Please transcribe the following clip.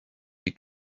you